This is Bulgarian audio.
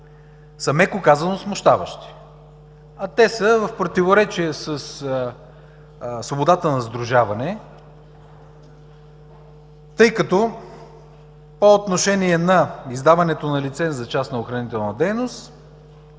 са, меко казано, смущаващи, а те са в противоречие със свободата на сдружаване, тъй като по отношение на издаването на лиценз за частна охранителна дейност